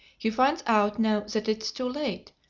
he finds out, now that it is too late,